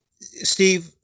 Steve